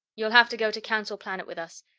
you'll have to go to council planet with us,